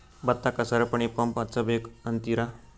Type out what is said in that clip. ಭತ್ತಕ್ಕ ಸರಪಣಿ ಪಂಪ್ ಹಚ್ಚಬೇಕ್ ಅಂತಿರಾ?